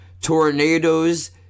Tornadoes